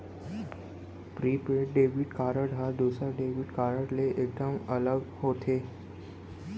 prepaid debit card ह दूसर debit card ले एकदम अलग होथे